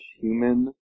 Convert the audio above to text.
human